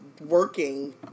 working